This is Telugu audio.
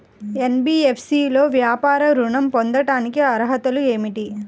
ఎన్.బీ.ఎఫ్.సి లో వ్యాపార ఋణం పొందటానికి అర్హతలు ఏమిటీ?